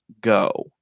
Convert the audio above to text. go